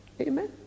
Amen